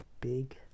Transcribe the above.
big